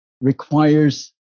requires